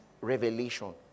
revelation